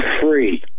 free